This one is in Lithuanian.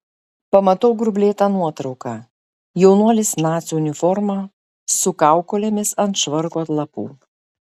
pamatau grublėtą nuotrauką jaunuolis nacių uniforma su kaukolėmis ant švarko atlapų